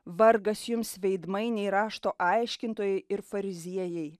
vargas jums veidmainiai rašto aiškintojai ir fariziejai